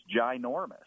ginormous